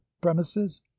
premises